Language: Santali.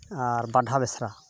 ᱟᱨ ᱵᱟᱰᱷᱟ ᱵᱮᱥᱨᱟ